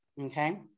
okay